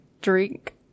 drink